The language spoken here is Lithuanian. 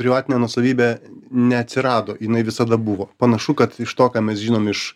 privatinė nuosavybė neatsirado jinai visada buvo panašu kad iš to ką mes žinom iš